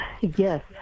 Yes